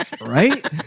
Right